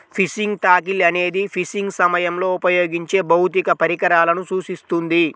fishing tackle అనేది fishing సమయంలో ఉపయోగించే భౌతిక పరికరాలను సూచిస్తుంది